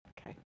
Okay